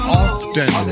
often